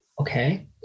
okay